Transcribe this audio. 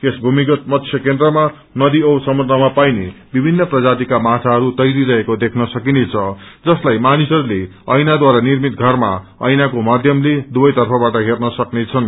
यस भूमिगत मत्स्य केन्द्रमा नदी औ समुन्द्रमा पाइने विभिन्न प्रजातिका माछाहरू तैरिरहेको देख्न सकिनेछ जसलाई मानिसहरूले ऐनाद्वारा निर्मित घरमा ऐनाको माध्यमले दुवै तर्फबाट हेँन सक्नेछन्